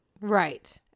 Right